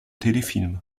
téléfilms